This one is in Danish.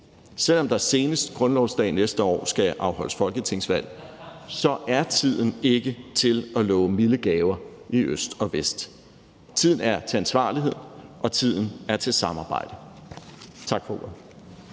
Selv om der senest grundlovsdag næste år skal afholdes folketingsvalg, er tiden ikke til at love milde gaver i øst og vest. Tiden er til ansvarlighed, og tiden er til samarbejde.